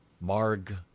Marg